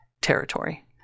territory